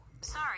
Sorry